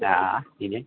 ആ പിന്നെ